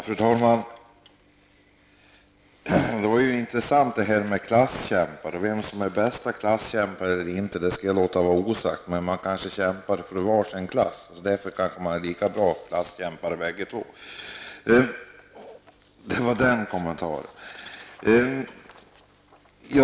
Fru talman! Det som sades om klasskämpar var intressant. Vem som är den bäste klasskämpen skall jag låta vara osagt. Men vi kämpar kanske för var sin klass. Därför kanske vi bägge två är lika bra klasskämpar.